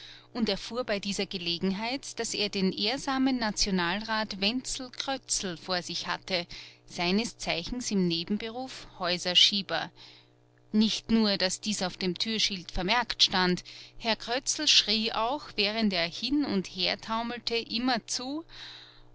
und erfuhr bei dieser gelegenheit daß er den ehrsamen nationalrat wenzel krötzl vor sich hatte seines zeichens im nebenberuf häuserschieber nicht nur daß dies auf dem türschild vermerkt stand herr krötzl schrie auch während er hin und hertaumelte immerzu